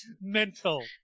mental